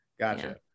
Gotcha